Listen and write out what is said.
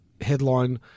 headline